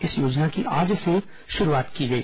इस योजना की आज से शुरूआत की गई